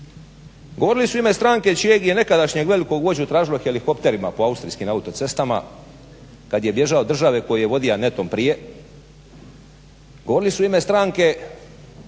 Govorili su u ime stranke čijeg je nekadašnjeg velikog vođu tražilo helikopterima po austrijskim autocestama kad je bježao od države koju je vodio netom prije. Govorili su u ime stranke